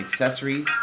accessories